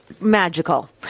magical